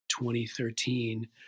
2013